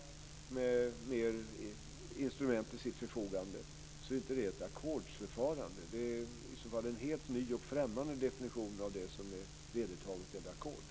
Om de får fler instrument till sitt förfogande är inte det ett ackordsförfarande. Det är i så fall en helt ny och främmande definition av det som är vedertaget när det gäller ackord.